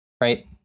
right